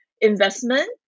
investment